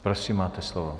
Prosím, máte slovo.